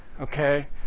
Okay